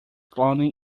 cloning